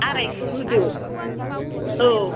आराइखौ होदो औ